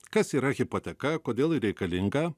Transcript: kas yra hipoteka kodėl ji reikalinga